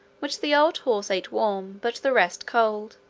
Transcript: which the old horse ate warm but the rest cold.